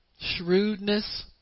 Shrewdness